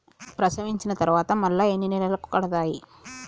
ప్రసవించిన తర్వాత మళ్ళీ ఎన్ని నెలలకు కడతాయి?